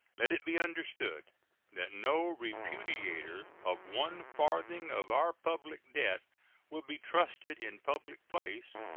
let it be understood that no repudiator of one farthing of our public debt will be trusted in public place,